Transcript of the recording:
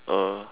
uh